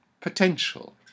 Potential